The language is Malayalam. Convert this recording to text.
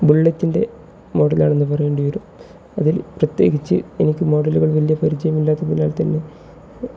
ബുള്ളറ്റിൻ്റെ മോഡലാണെന്ന് പറയേണ്ടി വരും അതിൽ പ്രത്യേകിച്ച് എനിക്ക് മോഡലുകൾ വലിയ പരിചയമില്ലാത്തതിനാൽ തന്നെ